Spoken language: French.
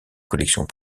collections